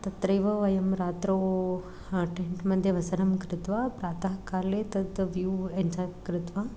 तत्रैव वयं रात्रौ टेण्ट् मध्ये वसनं कृत्वा प्रातःकाले तत् व्यू एञ्जाय् कृत्वा